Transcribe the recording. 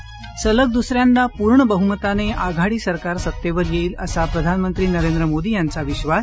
स सलग दुसऱ्यांदा पूर्ण बहुमताने आघाडी सरकार सत्तेवर येईल असा प्रधानमंत्री नरेंद्र मोदी यांना विश्वास